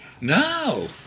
No